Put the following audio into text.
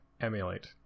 emulate